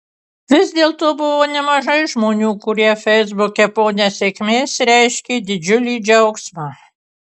vis dėlto buvo nemažai žmonių kurie feisbuke po nesėkmės reiškė didžiulį džiaugsmą